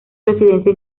residencia